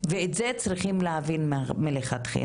ואת זה צריכים להבין מלכתחילה.